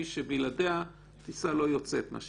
שבלעדיה טיסה לא יוצאת מה שנקרא.